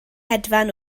hedfan